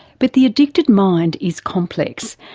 but the addicted mind is complex,